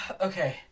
okay